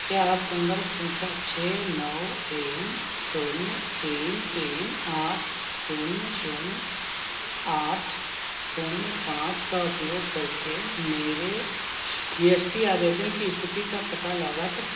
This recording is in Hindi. क्या आप संदर्भ संख्या छह नौ तीन शून्य तीन तीन आठ शून्य शून्य आठ शून्य पाँच का उपयोग करके मेरे जी एस टी आवेदन की स्थिति का पता लगा सकते हैं